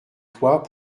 toi